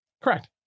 Correct